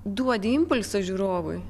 duodi impulsą žiūrovui